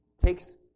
takes